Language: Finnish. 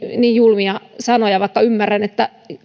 niin julmia sanoja vaikka ymmärrän että